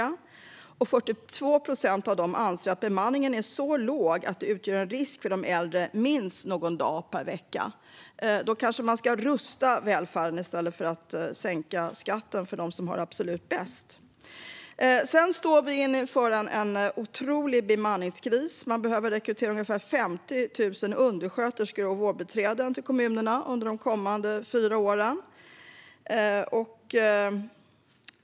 Av dem anser 42 procent att bemanningen är så låg att det utgör en risk för de äldre minst någon dag per vecka. Då kanske man ska rusta välfärden i stället för att sänka skatten för dem som har det absolut bäst. Vi står också inför en otrolig bemanningskris. Man behöver rekrytera ungefär 50 000 undersköterskor och vårdbiträden till kommunerna under de kommande fyra åren.